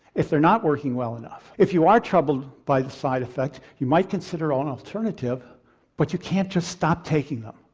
if they are not working well enough, if you are troubled by the side effects, you might consider an alternative but you can't just stop taking them.